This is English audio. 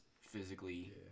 physically